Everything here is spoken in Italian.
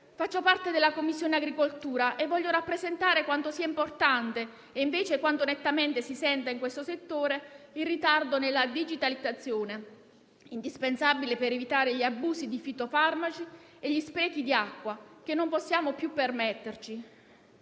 Faccio parte della 9a Commissione e desidero rappresentare quanto sia importante, e quanto invece si senta nettamente in questo settore il suo ritardo, la digitalizzazione, indispensabile per evitare gli abusi di fitofarmaci e gli sprechi di acqua che non possiamo più permetterci.